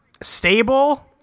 stable